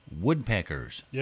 woodpeckers